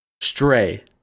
Stray